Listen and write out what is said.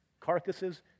carcasses